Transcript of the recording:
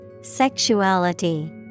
Sexuality